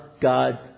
God